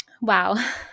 Wow